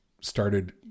started